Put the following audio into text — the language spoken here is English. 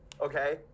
okay